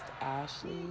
Ashley